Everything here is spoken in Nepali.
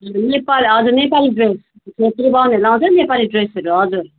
नेपाल हजुर नेपाली ड्रेस छेत्री बाहुनहरूले लाउँछ नि नेपाली ड्रेसहरू हजुर